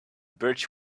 birch